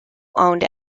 owned